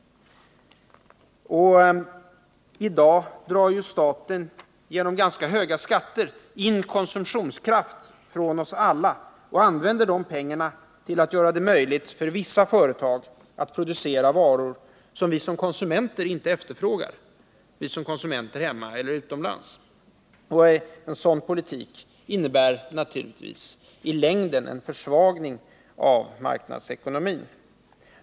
I dag drar ju staten genom ganska höga skatter in konsumtionskraft från oss alla och använder de pengarna till att göra det möjligt för vissa företag att producera varor som vi som konsumenter, inom eller utom landet, inte efterfrågar. En sådan politik innebär i längden en försvagning av marknadsekonomin.